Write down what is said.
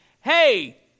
hey